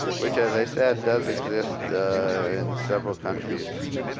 which as i said does exist in several countries,